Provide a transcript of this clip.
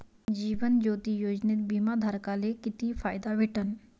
जीवन ज्योती योजनेत बिमा धारकाले किती फायदा भेटन?